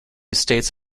states